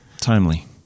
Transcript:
Timely